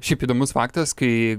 šiaip įdomus faktas kaai